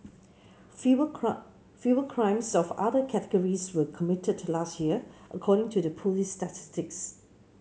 fewer clock fewer crimes of other categories were committed last year according to the police's statistics